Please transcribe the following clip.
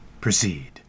proceed